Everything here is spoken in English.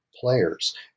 players